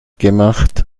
gemacht